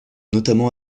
notamment